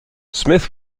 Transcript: smith